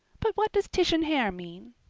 but what does titian hair mean?